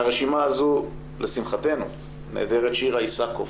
מהרשימה הזאת לשמחתנו נעדרת שירה איסקוב